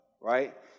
right